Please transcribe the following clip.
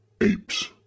apes